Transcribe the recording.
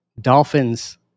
dolphins